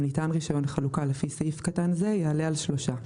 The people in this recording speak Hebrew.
ניתן רישיון חלוקה לפי סעיף קטן זה יעלה על שלושה."